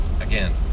again